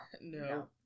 No